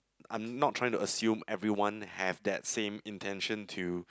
I'm not trying to assume everyone have that same intention to